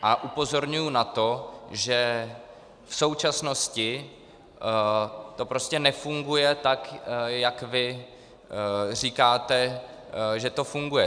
A upozorňuji na to, že v současnosti to prostě nefunguje tak, jak vy říkáte, že to funguje.